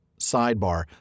Sidebar